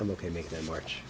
i'm ok make them march